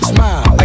Smile